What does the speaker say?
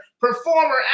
performer